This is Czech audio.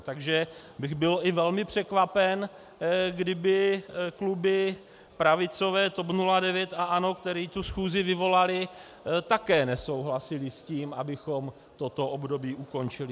Takže bych byl i velmi překvapen, kdyby kluby pravicové, TOP 09 a ANO, které tu schůzi vyvolaly, také nesouhlasily s tím, abychom toto období ukončili.